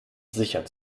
sicher